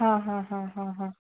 हां हां हां हां